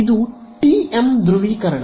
ಇದು ಟಿಎಂ ಧ್ರುವೀಕರಣ